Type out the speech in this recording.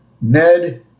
Ned